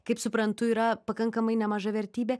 kaip suprantu yra pakankamai nemaža vertybė